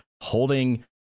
holding